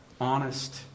honest